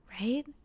Right